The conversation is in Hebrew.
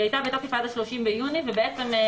היא הייתה בתוקף עד ה-30 ביוני והאוצר